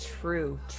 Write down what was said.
true